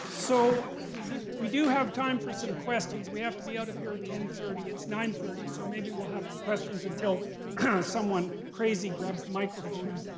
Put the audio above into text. so we do have time for some questions. we have to be out of here at ten thirty. it's nine thirty, so maybe we'll have questions until someone crazy grabs the microphone and